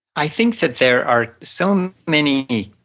i think that there are so um many